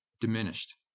diminished